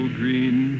green